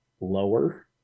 lower